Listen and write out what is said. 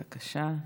בבקשה.